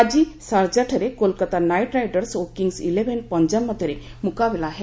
ଆଜି ସାରଜାଠାରେ Kolkata Knight Riders ଓ କିଙ୍ଗସ୍ ଇଲେଭେନ୍ ଫ ଜାବ ମଧ୍ୟରେ ମୁକାବିଲା ହେବ